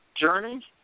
journey